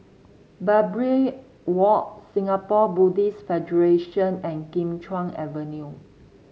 Barbary Walk Singapore Buddhist Federation and Kim Chuan Avenue